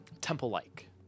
temple-like